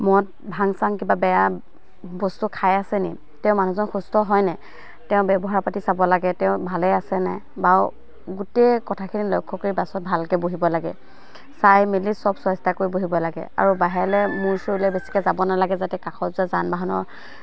মদ ভাং চাং কিবা বেয়া বস্তু খাই আছেনি তেওঁ মানুহজন সুস্থ হয়নে তেওঁ ব্যৱহাৰ পাতি চাব লাগে তেওঁ ভালেই আছেনে বা গোটেই কথাখিনি লক্ষ্য কৰি বাছত ভালকৈ বহিব লাগে চাই মেলি চব চোৱা চিতা কৰি বহিব লাগে আৰু বাহিৰলৈ মোৰ চুৰ উলিয়াই বেছিকৈ যাব নালাগে যাতে কাষ যে যান বাহনৰ